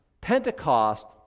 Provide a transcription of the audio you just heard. Pentecost